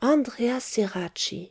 andréa ceracchi andréa